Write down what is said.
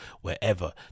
wherever